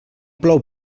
plou